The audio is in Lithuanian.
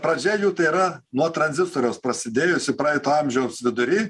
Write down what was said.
pradžia jų tai yra nuo tranzistoriaus prasidėjusi praeito amžiaus vidury